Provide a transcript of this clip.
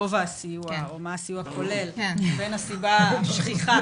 גובה הסיוע או מה הסיוע הכולל בין הסיבה השכיחה?